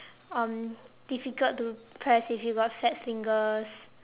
um difficult to press if you got fat fingers